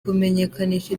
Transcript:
kumenyekanisha